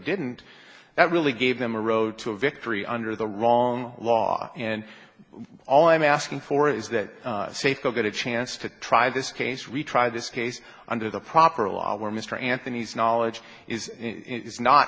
didn't that really gave them a road to a victory under the wrong law and all i'm asking for is that safeco get a chance to try this case retry this case under the proper law where mr anthony's knowledge is not